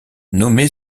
nommé